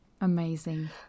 Amazing